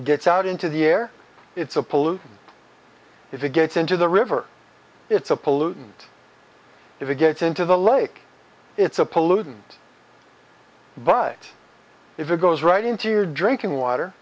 gets out into the air it's a pollutant if it gets into the river it's a pollutant if it gets into the lake it's a pollutant but if it goes right into your drinking water